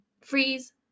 freeze